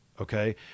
Okay